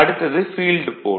அடுத்தது ஃபீல்டு போல்